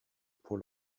pour